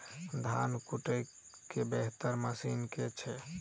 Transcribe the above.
धान कुटय केँ बेहतर मशीन केँ छै?